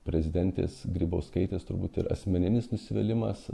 prezidentės grybauskaitės turbūt ir asmeninis nusivylimas